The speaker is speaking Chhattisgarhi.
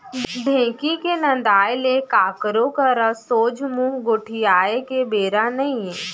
ढेंकी के नंदाय ले काकरो करा सोझ मुंह गोठियाय के बेरा नइये